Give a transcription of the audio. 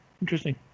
Interesting